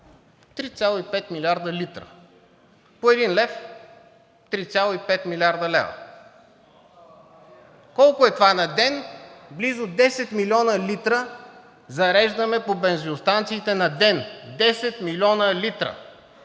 3,5 милиарда литра! По 1 лв. – 3,5 млрд. лв. Колко е това на ден? Близо 10 милиона литра зареждаме по бензиностанциите на ден. 10 милиона литра!